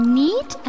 neat